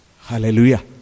Hallelujah